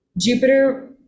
Jupiter